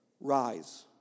rise